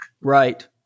Right